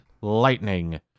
lightning